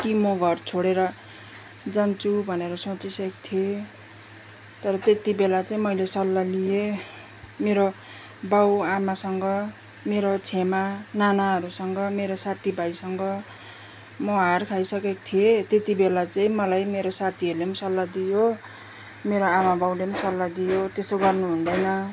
कि म घर छोडेर जान्छु भनेर सोचिसकेको थिएँ तर त्यत्तिबेला चाहिँ मैले सल्लाह लिएँ मेरो बाउ आमासँग मेरो छेमा नानाहरूसँग मेरो साथीभाइसँग म हार खाइसकेको थिएँ त्यत्तिबेला चाहिँ मलाई मेरो साथीहरूले पनि सल्लाह दियो मेरो आमा बाउले पनि सल्लाह दियो त्यसो गर्नु हुँदैन